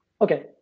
Okay